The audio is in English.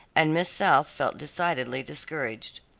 and miss south felt decidedly discouraged.